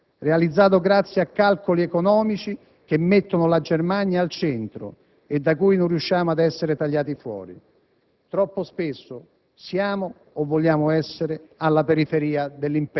Bisogna, soprattutto, compensare lo scivolamento dell'Europa verso Est realizzato grazie a calcoli economici che mettono la Germania al centro, e da cui noi rischiamo di essere tagliati fuori.